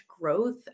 growth